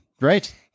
Right